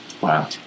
wow